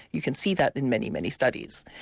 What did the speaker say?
you can see that in many, many studies.